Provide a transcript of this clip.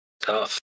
tough